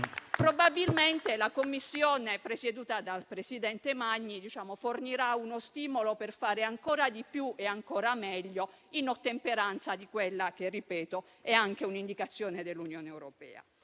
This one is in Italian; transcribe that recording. Probabilmente la Commissione presieduta dal presidente Magni fornirà uno stimolo per fare ancora di più e ancora meglio, in ottemperanza di quella che - lo ripeto - è anche un'indicazione dell'Unione europea.